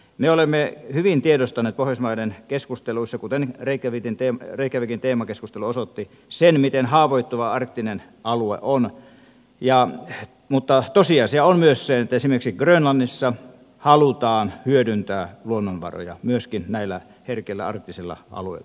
me olemme hyvin tiedostaneet pohjoismaiden keskusteluissa kuten reykjavikin teemakeskustelu osoitti sen miten haavoittuva arktinen alue on mutta tosiasia on myös se että esimerkiksi grönlannissa halutaan hyödyntää luonnonvaroja myöskin näillä herkillä arktisilla alueilla